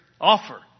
offer